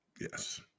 Yes